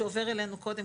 שעובר אלינו קודם,